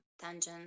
tangent